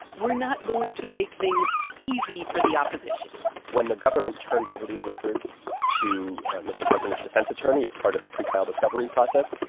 were not going to make things easy for the opposition when the government turned over these records to mr. carpenter's defense attorney as part of the pretrial discovery process,